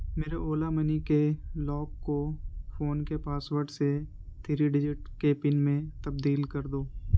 میرے اولا منی کے لاک کو فون کے پاسورڈ سے تھری ڈجٹ کے پن میں تبدیل کر دو